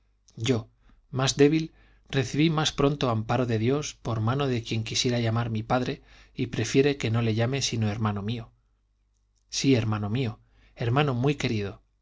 yo más débil recibí más pronto amparo de dios por mano de quien quisiera llamar mi padre y prefiere que no le llame si no hermano mío sí hermano mío hermano muy querido